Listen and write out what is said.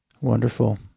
Wonderful